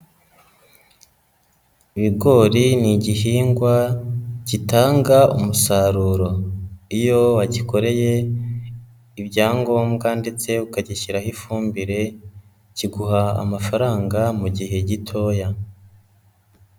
Ibigori ni igihingwa gitanga umusaruro iyo wagikoreye ibyangombwa ndetse ukagishyiraho ifumbire kiguha amafaranga mu gihe gitoya.